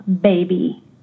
baby